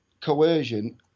coercion